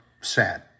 sad